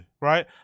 right